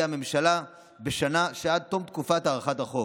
הממשלה בשנה שעד תום תקופת הארכת החוק.